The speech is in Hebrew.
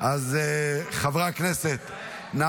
חבר הכנסת שמחה רוטמן מוותר.